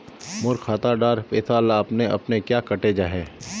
मोर खाता डार पैसा ला अपने अपने क्याँ कते जहा?